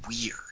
weird